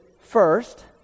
first